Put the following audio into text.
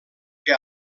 que